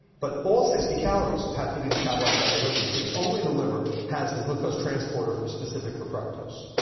but all sixty calories have to be metabolized by the liver because only the liver has the glucose transporter specific for fructose.